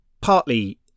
partly